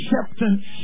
acceptance